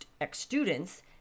ex-students